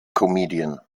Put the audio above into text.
comedian